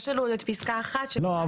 יש לנו את פסקה (1) --- לא,